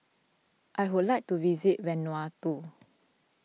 I would like to visit Vanuatu